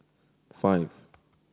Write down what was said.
five